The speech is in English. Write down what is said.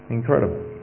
incredible